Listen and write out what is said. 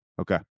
Okay